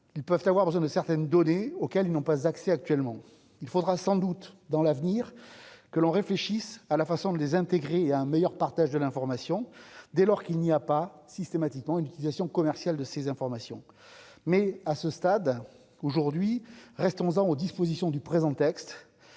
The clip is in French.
ils peuvent avoir besoin de certaines données auxquelles ils n'ont pas accès actuellement, il faudra sans doute dans l'avenir que l'on réfléchisse à la façon de les intégrer un meilleur partage de l'information dès lors qu'il n'y a pas systématiquement une utilisation commerciale de ces informations, mais à ce stade, aujourd'hui, reste 11 ans aux dispositions du présent texte